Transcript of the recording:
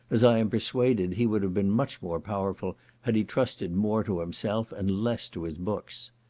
as i am persuaded he would have been much more powerful had he trusted more to himself and less to his books.